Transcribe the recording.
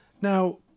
Now